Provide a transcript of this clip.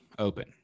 Open